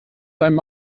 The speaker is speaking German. seinem